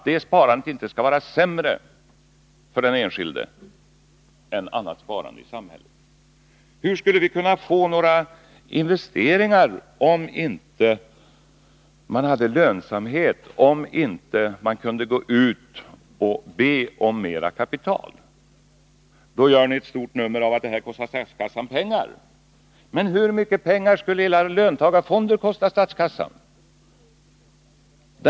Det skall inte vara sämre för den enskilde att spara i aktier än i annat sparande. Hur skulle det kunna bli några investeringar, om man inte hade lönsamhet, om man inte kunde gå ut och be om mera kapital? Ni gör ett stort nummer av att detta kostar statskassan pengar. Men hur mycket pengar skulle era löntagarfonder kosta statskassan?